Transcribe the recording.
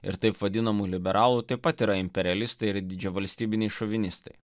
ir taip vadinamų liberalų taip pat yra imperialistai ir didžiavalstybiniai šovinistai